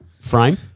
frame